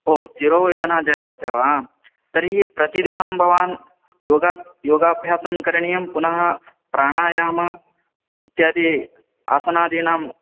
ओ शिरोवेदना जायते वा तर्हि प्रतिदिनं भवान् योगाभ्यासं करणीयं पुनः प्राणायाम इत्यादि आसनादीनां